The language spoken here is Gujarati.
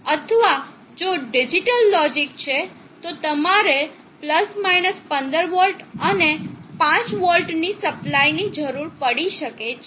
અથવા જો ડિજિટલ લોજીક છે તો તમારે 15 વોલ્ટ અને 5 વોલ્ટની સપ્લાયની જરૂર પડી શકે છે